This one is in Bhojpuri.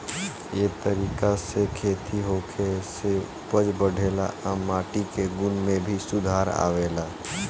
ए तरीका से खेती होखे से उपज बढ़ेला आ माटी के गुण में भी सुधार आवेला